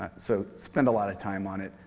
so spend a lot of time on it.